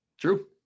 True